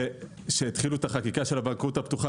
כשהתחילו את החקיקה של הבנקאות הפתוחה